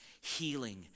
healing